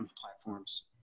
platforms